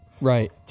right